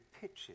Pitches